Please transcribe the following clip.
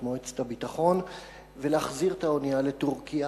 מועצת הביטחון ולהחזיר את האונייה על מטענה לטורקיה,